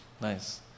nice